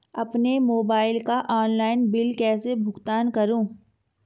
अपने मोबाइल का online bill कैसे भुगतान करूं?